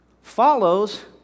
follows